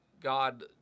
God